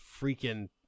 freaking